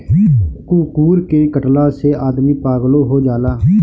कुकूर के कटला से आदमी पागलो हो जाला